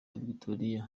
victoria